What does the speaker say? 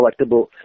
collectible